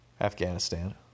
Afghanistan